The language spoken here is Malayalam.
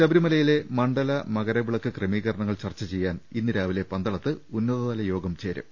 ശബരിമലയിലെ മണ്ഡല മകരവിളക്ക് ക്രമീകരണങ്ങൾ ചർച്ച ചെയ്യാൻ ഇന്നു രാവിലെ പന്തളത്ത് ഉന്നതതല യോഗം ചേരും